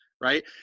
Right